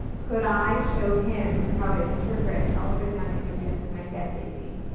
could i show him how to interpret the ultrasound images of my dead baby?